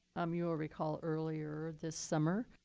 um you'll recall earlier this summer.